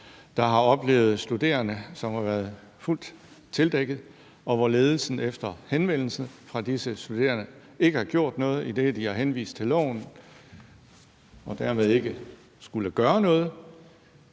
der har oplevet studerende, som har været fuldt tildækket, og hvor ledelsen efter henvendelsen fra disse studerende ikke har gjort noget, idet at de har henvist til loven, og de har dermed ikke ment, at de skulle gøre noget.